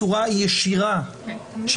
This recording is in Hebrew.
נפשי מורכב חלקן יותר,